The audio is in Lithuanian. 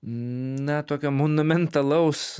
na tokio monumentalaus